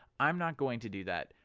i'm not going to do that,